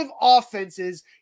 offenses